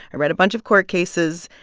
i read a bunch of court cases.